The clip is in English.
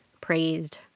praised